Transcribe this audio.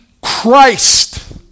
Christ